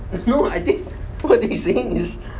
no I think what he's saying is